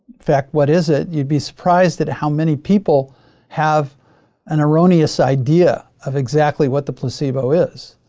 fact what is it? you'd be surprised at how many people have an erroneous idea of exactly what the placebo is.